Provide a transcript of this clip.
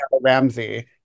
Ramsey